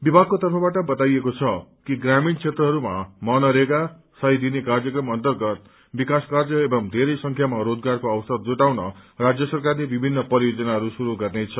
विमागको तर्फबाट बताइएको छ कि ग्रामीण क्षेत्रहरूमा मनरेगा सय दिने कार्यक्रम अन्तर्गत विकास कार्य एवं धेरै संख्यामा रोजगारको अवसर जुटाउन राज्य सरकारले विभिन्न परियोजनाहरू शुरू गर्नेछ